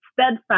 steadfast